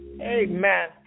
amen